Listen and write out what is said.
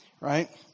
right